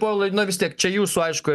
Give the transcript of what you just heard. povilai na vis tiek čia jūsų aišku